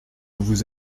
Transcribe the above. vous